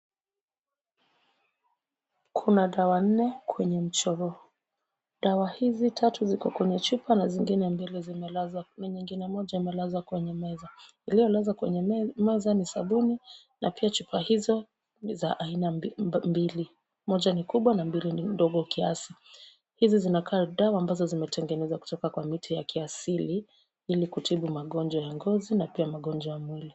Kuna dawa nne kwenye mchoro, dawa hizi tatu ziko kwenye chupa na zingine mbili zimelazwa kwenye nyingine moja imelazwa kwenye meza. Iliyolazwa kwenye meza ni sabuni na pia chupa hizo za aina mbili. Moja ni kubwa na mbili ni ndogo kiasi. Hizi zinakaa dawa ambazo zimetengenezwa kutoka kwa miti ya kiasili ili kutibu magonjwa ya ngozi na pia magonjwa ya mwili.